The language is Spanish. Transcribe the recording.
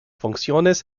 funciones